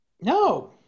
No